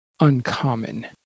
uncommon